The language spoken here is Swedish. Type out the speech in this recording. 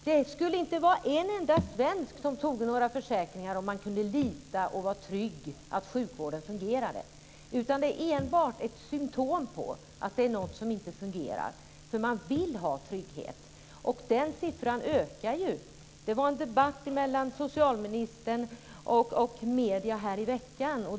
Det skulle inte finnas en enda svensk som tog några försäkringar om man kunde vara trygg och lita på att sjukvården fungerade. Detta är enbart ett symtom på att det är något som inte fungerar. Man vill ha trygghet. Den siffran ökar ju. Det var en debatt mellan socialministern och medierna här i veckan.